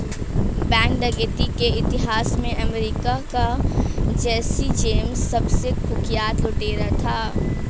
bank डकैती के इतिहास में अमेरिका का जैसी जेम्स सबसे कुख्यात लुटेरा था